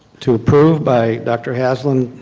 to approve by dr. haslund,